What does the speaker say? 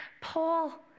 Paul